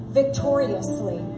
victoriously